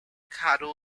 caddo